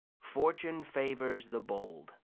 fortune favors the bold